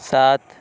سات